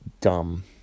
dumb